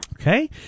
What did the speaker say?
Okay